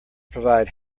provide